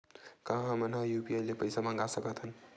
का हमन ह यू.पी.आई ले पईसा मंगा सकत हन?